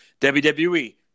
WWE